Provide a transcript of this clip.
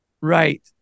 Right